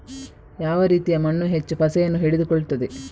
ಯಾವ ರೀತಿಯ ಮಣ್ಣು ಹೆಚ್ಚು ಪಸೆಯನ್ನು ಹಿಡಿದುಕೊಳ್ತದೆ?